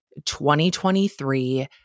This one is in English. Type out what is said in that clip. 2023